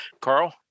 Carl